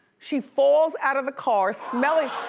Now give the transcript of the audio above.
she falls out of the car, smelling,